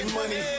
money